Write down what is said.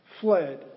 fled